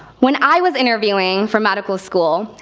when i was interviewing for medical school,